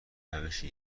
روشی